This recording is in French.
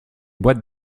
boîte